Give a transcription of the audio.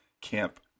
camp